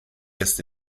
erste